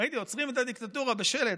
ראיתי "עוצרים את הדיקטטורה" בשלט.